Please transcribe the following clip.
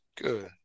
Good